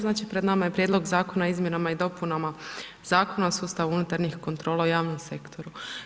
Znači pred nama je Prijedlog zakona o Izmjenama i dopunama Zakona o sustavu unutarnjih kontrola u javnom sektoru.